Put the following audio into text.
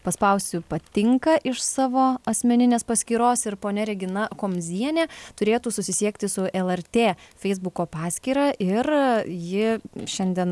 paspausiu patinka iš savo asmeninės paskyros ir ponia regina komzienė turėtų susisiekti su lrt feisbuko paskyra ir ji šiandien